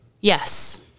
Yes